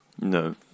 No